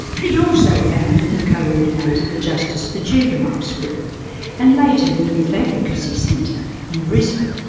he also founded and coordinated the justice for juveniles group and later, the youth advocacy centre in brisbane.